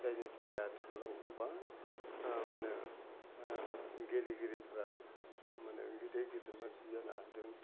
जाय जायनि थाखाय आथिखालाव गोबां माने गेलेगिरिफ्रा माने गिदिर गिदिर मानसि जानो हादों